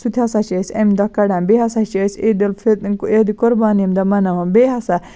سُہ تہِ ہسا چھِ أسۍ اَمہِ دۄہ کڑان بیٚیہِ ہسا چھِ أسۍ عیٖدُ عیٖدِ قربان ییٚمہِ دۄہ مناوان بیٚیہِ ہسا